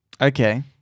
Okay